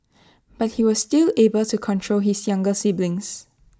but he was still able to control his younger siblings